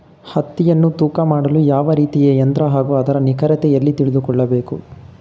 ಹತ್ತಿಯನ್ನು ತೂಕ ಮಾಡಲು ಯಾವ ರೀತಿಯ ಯಂತ್ರ ಹಾಗೂ ಅದರ ನಿಖರತೆ ಎಲ್ಲಿ ತಿಳಿದುಕೊಳ್ಳಬೇಕು?